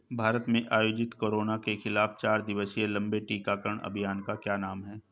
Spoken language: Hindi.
भारत में आयोजित कोरोना के खिलाफ चार दिवसीय लंबे टीकाकरण अभियान का क्या नाम है?